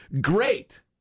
great